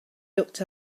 looked